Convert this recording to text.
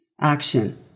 action